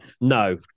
No